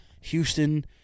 Houston